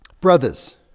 Brothers